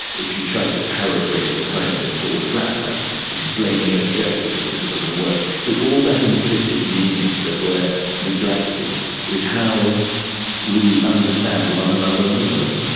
if you try to paraphrase a poem it falls flat, like explaining a joke, it just doesn't work. so all that implicit meaning that we are neglecting is how we understand one another and the world.